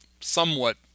somewhat